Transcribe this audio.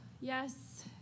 Yes